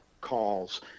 calls